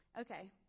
Okay